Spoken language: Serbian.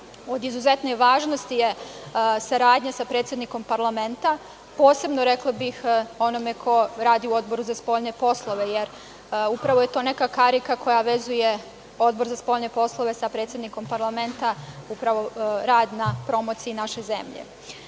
od izuzetne važnosti je saradnja sa predsednikom parlamenta, posebno rekla bih, onome ko radi u Odboru za spoljne poslove, jer upravo je to neka karika koja vezuje Odbor za spoljne poslove sa predsednikom parlamenta upravo rad na promociji naše zemlje. Takođe,